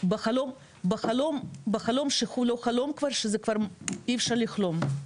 בחלום שהוא לא חלום כבר שזה כבר אי אפשר לחלום.